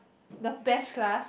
the best class